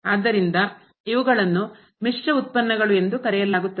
ಆದ್ದರಿಂದ ಇವುಗಳನ್ನು ಮಿಶ್ರ ಉತ್ಪನ್ನಗಳು ಎಂದು ಕರೆಯಲಾಗುತ್ತದೆ